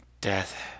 Death